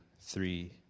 three